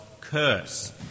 curse